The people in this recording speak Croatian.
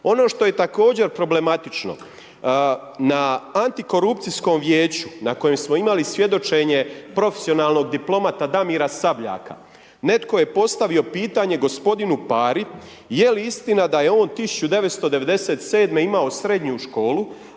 Ono što je također problematično, na antikorupcijskom vijeću, na kojem smo imali svjedočenje profesionalnog diplomata Damira Sabljaka, netko je postavio pitanje g. Pari, je li istina, da je on 1997. imao srednju školu,